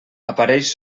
apareix